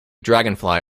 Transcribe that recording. dragonfly